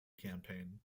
campaign